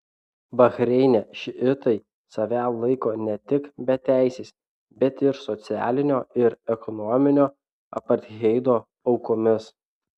bahreine šiitai save laiko ne tik beteisiais bet ir socialinio ir ekonominio apartheido aukomis